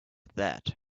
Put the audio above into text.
that